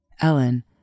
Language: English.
Ellen